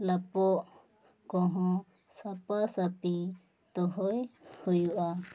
ᱞᱟᱯᱚᱜ ᱠᱚ ᱦᱚᱸ ᱥᱟᱯᱷᱟ ᱥᱟᱹᱯᱷᱤ ᱫᱚᱦᱚᱭ ᱦᱩᱭᱩᱜᱼᱟ